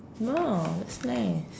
oh that's nice